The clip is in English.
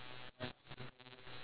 white colour circle